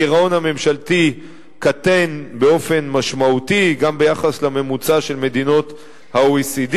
הגירעון הממשלתי קטן באופן משמעותי גם ביחס לממוצע של מדינות ה-OECD.